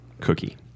cookie